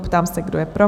Ptám se, kdo je pro?